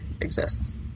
exists